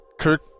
Kirk